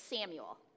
Samuel